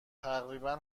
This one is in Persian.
تقریبا